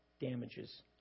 damages